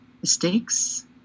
mistakes